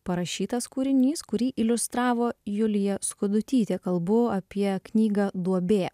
parašytas kūrinys kurį iliustravo julija skudutytė kalbu apie knygą duobė